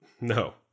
No